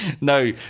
no